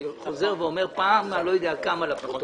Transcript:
אני חוזר ואומר בפעם אני לא יודע כמה לפרוטוקול שזאת לא רק תחבורה.